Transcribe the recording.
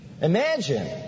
Imagine